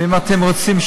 ואם אתם רוצים,